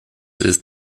ist